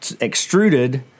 extruded